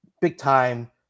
big-time